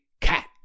cat